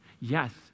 Yes